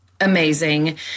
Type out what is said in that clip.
amazing